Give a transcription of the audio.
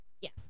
Yes